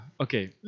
Okay